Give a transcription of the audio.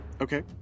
Okay